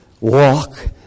walk